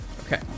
Okay